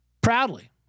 proudly